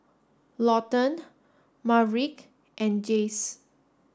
Lawton Maverick and Jayce